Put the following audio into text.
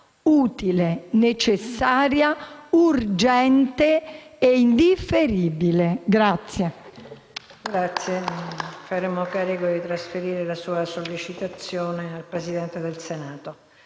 utile, necessaria, urgente e indifferibile.